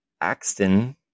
Axton